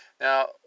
Now